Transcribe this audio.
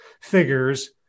figures